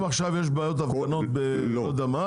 אם עכשיו יש בעיות אחרונות לא יודע איפה,